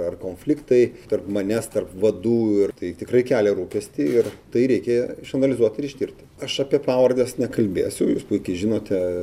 ar konfliktai tarp manęs tarp vadų ir tai tikrai kelia rūpestį ir tai reikia išanalizuoti ir ištirti aš apie pavardes nekalbėsiu jūs puikiai žinote